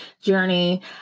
journey